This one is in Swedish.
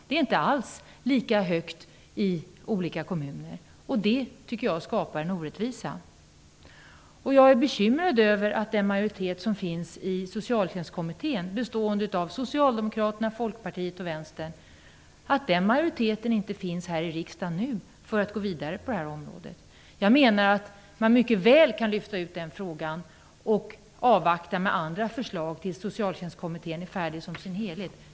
Det är inte alls lika högt i olika kommuner. Det skapar en orättvisa. Jag är bekymrad över att den majoritet som finns i Socialtjänstkommittén, bestående av Vänsterpartiet, inte finns i riksdagen, för att gå vidare på detta område. Jag menar att man mycket väl kan lyfta ut den frågan och avvakta med andra förslag till dess att Socialtjänstkommittén är färdig i dess helhet.